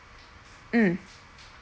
mm